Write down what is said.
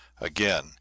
Again